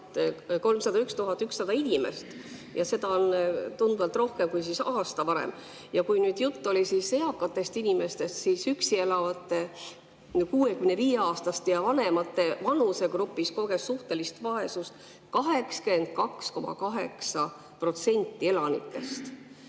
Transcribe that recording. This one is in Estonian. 301 100 inimest ja seda on tunduvalt rohkem kui aasta varem. Ja kui jutt oli eakatest inimestest, siis üksi elavate 65‑aastaste ja vanemate vanusegrupis koges suhtelist vaesust 82,8% elanikest.